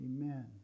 amen